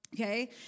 Okay